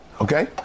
Okay